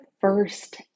first